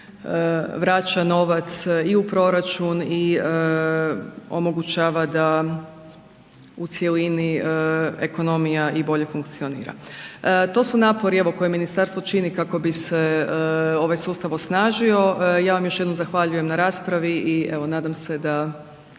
vraća novac i u proračun i omogućava da u cjelini ekonomija i bolje funkcionira. To su napori koje ministarstvo čini kako bi se ovaj sustav osnažio, ja vam još jednom zahvaljujem na raspravi i evo nadam se da